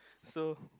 so